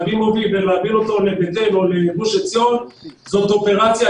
להביא מוביל ולהעביר אותו לבית אל או לגוש עציון זאת אופרציה,